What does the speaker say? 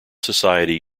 society